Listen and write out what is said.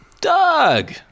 Doug